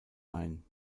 ein